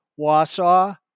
Wausau